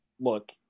look